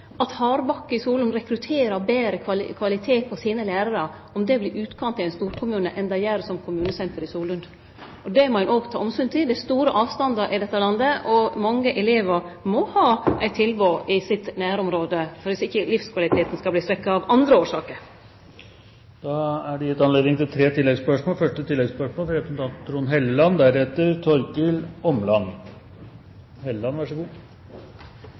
at Hardbakke i Solund vil rekruttere betre kvalifiserte lærarar om det vert utkant i ein storkommune enn ein gjer som kommunesenter i Solund. Det må ein òg ta omsyn til. Det er store avstandar i dette landet, og mange elevar må ha eit tilbod i sitt nærområde, om ikkje livskvaliteten skal verte svekt av andre årsaker. Det blir gitt anledning til tre